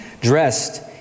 dressed